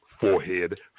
Forehead